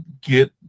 get